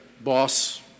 Boss